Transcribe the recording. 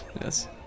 Yes